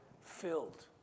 filled